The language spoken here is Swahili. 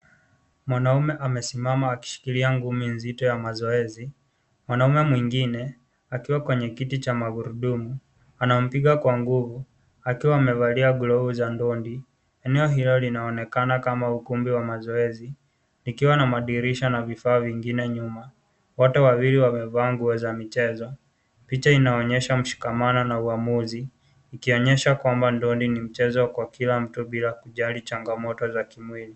Mwanamume amesimama akishikilia ngumi nzito ya mazoezi. Mwanamume mwengine, akiwa kwenye kiti cha magurudumu, anampiga kwa nguvu akiwa amevalia glovu za ndondi. Eneo hilo linaonekana kama ukumbi wa mazoezi, likiwa na madirisha na vifaa vingine nyuma. Wote wawili wamevaa nguo za michezo. Picha inaonyesha mshikamano na uamuzi, ikionyesha kwamba ndondi ni mchezo kwa kila mtu bila kujali changamoto za kimwili.